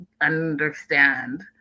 understand